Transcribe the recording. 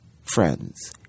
friends